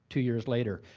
two years later.